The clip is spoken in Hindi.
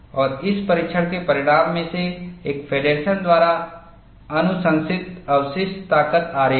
और इस परीक्षण के परिणाम में से एक फेडरसन द्वारा अनुशंसित अवशिष्ट ताकत आरेख है